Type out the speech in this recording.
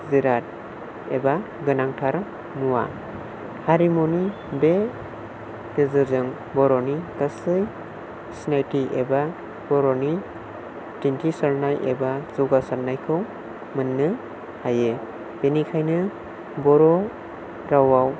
जिराद एबा गोनांथार मुवा हारिमुनि बे गेजेरजों बर'नि गासै सिनायथि एबा बर'नि दिन्थिसारनाय एबा जौगासारनायखौ मोन्नो हायो बेनिखायनो बर' रावाव